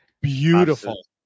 beautiful